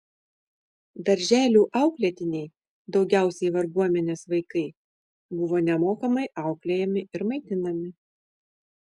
darželių auklėtiniai daugiausiai varguomenės vaikai buvo nemokamai auklėjami ir maitinami